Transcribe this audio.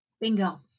Bingo